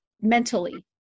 mentally